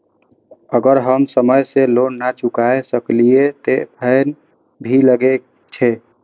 अगर हम समय से लोन ना चुकाए सकलिए ते फैन भी लगे छै?